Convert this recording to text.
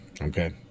Okay